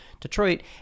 Detroit